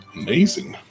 amazing